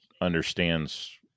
understands